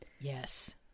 Yes